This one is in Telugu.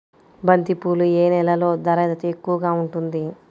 బంతిపూలు ఏ నెలలో ధర ఎక్కువగా ఉంటుంది?